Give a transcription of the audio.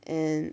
and